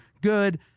good